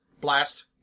blast